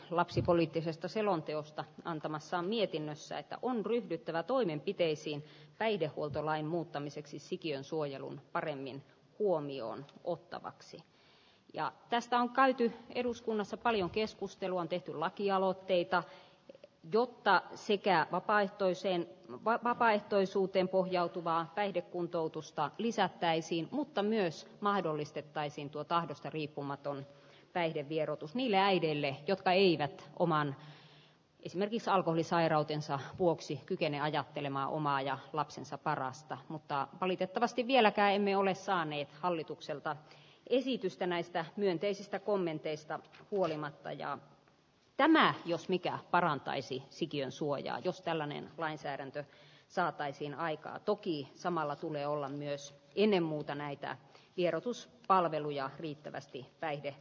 lapsipoliittisesta selonteosta antamassaan mietinnössä että on ryhdyttävä toimenpiteisiin päihdehuoltolain muuttamiseksi sikiön suojelun paremmin huomioon ottavaksi ja tästä on käyty eduskunnassa paljon keskustelu on tehty lakialoitteita jotta vasikää vapaaehtoiseen vai vapaaehtoisuuteen pohjautuvaa päihdekuntoutusta lisättäisiin mutta myös mahdollistettaisiin tuo tahdosta riippumaton päihdevieroitus niille äideille jotka iida omaan esimerkissä oli sairautensa vuoksi kykene ajattelemaan omaa ja lapsensa parasta mutta valitettavasti vieläkään emme ole saaneet hallitukselta esitystä näistä myönteisistä kommenteista huolimatta ja tämä jos mikä parantaisi sikiön suojaa jos tällainen lainsäädäntö saataisiin aikaa tuki samalla tulee olla myös pine muuta näitä vierotus palveluja riittävästi päihde ja